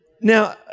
Now